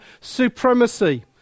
supremacy